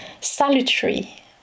salutary